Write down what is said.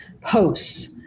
posts